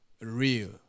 real